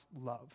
love